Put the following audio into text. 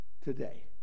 Today